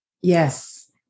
Yes